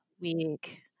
week